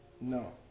no